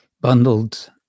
bundled